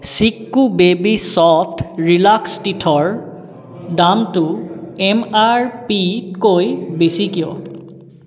Chicco baby soft relax teether দামটো M R P তকৈ বেছি কিয়